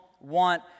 want